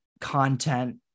content